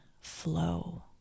flow